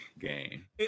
game